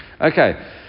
Okay